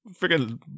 freaking